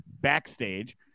backstage